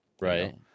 Right